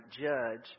judge